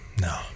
No